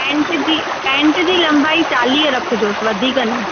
paint जी pant जी लंबाई चालीह रखिजोसि वधीक न